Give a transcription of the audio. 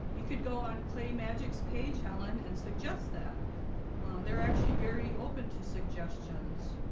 you could go on clay magic's page helen and suggest that they're actually very open to suggestions